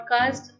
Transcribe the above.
podcast